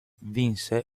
vinse